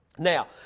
Now